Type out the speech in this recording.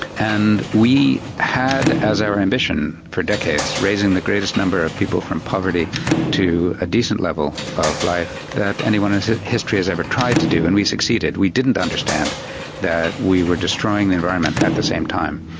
and we had as our ambition for decades raising the greatest number of people from poverty to a decent level of life that anyone ah in history has ever tried to do, and we succeeded. we didn't understand that we were destroying the environment at the same time.